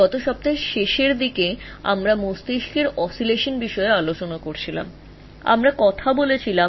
গত সপ্তাহের শেষ দিকে আমরা মস্তিস্কের দোলনের কথা বলেছিলাম